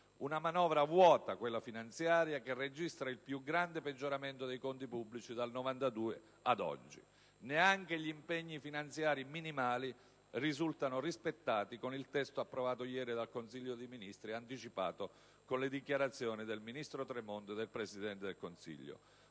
una manovra vuota che registra il più grande peggioramento dei conti pubblici dal 1992 ad oggi. Neanche gli impegni finanziari minimali risultano rispettati con il testo approvato ieri dal Consiglio dei ministri, che ci è stato anticipato dalle dichiarazioni del ministro Tremonti e del Presidente del Consiglio.